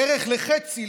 בערך לחצי,